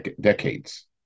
decades